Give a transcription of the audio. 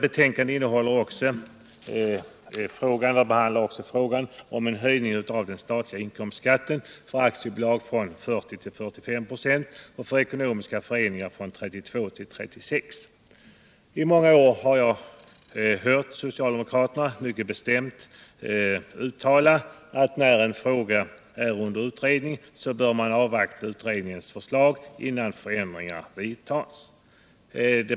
Betänkandet innehåller också ett förslag om höjning av den statliga inkomstskatten för aktiebolag från 40 till 45 96 och för ekonomiska föreningar från 32 till 36 96. I många år har jag hört socialdemokraterna mycket bestämt uttala att när en fråga är under utredning så bör man avvakta utredningens förslag innan förändringar vidtas.